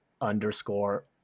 underscore